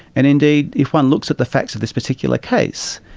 and indeed if one looks at the facts of this particular case,